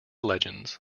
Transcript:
legends